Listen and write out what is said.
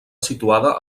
situada